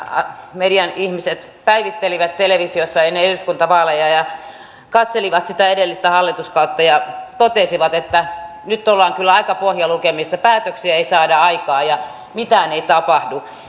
median ihmiset päivittelivät televisiossa ennen eduskuntavaaleja ja katselivat sitä edellistä hallituskautta ja totesivat että nyt ollaan kyllä aika pohjalukemissa päätöksiä ei saada aikaan ja mitään ei tapahdu